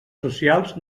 socials